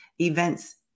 events